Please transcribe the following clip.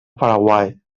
paraguai